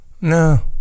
No